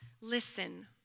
listen